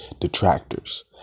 Detractors